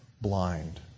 blind